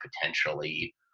potentially